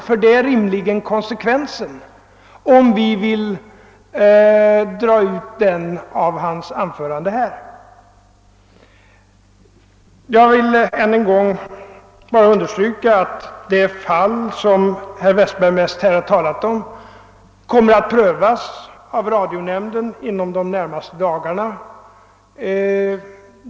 Det blir rimligen konsekvensen av hans anförande. Jag vill än en gång understryka att det fall som herr Westberg mest talat om kommer att prövas av radionämnden inom de närmaste dagarna.